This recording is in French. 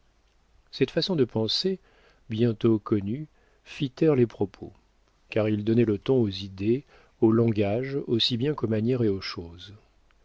cette façon de penser bientôt connue fit taire les propos car il donnait le ton aux idées au langage aussi bien qu'aux manières et aux choses